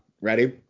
Ready